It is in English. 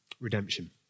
Redemption